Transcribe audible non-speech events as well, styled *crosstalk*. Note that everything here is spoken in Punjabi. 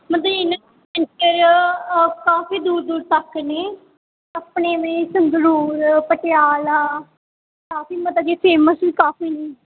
ਮਤਲਬ ਇੰਨਾ *unintelligible* ਕਾਫ਼ੀ ਦੂਰ ਦੂਰ ਤੱਕ ਨੇ ਆਪਣੇ ਲਈ ਸੰਗਰੂਰ ਪਟਿਆਲਾ ਕਾਫ਼ੀ ਮਤਲਬ ਕਿ ਫੇਸਮ ਵੀ ਕਾਫ਼ੀ ਨੇ